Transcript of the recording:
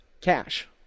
cash